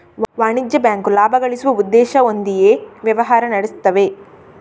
ವಾಣಿಜ್ಯ ಬ್ಯಾಂಕು ಲಾಭ ಗಳಿಸುವ ಉದ್ದೇಶ ಹೊಂದಿಯೇ ವ್ಯವಹಾರ ನಡೆಸ್ತವೆ